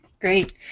great